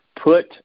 put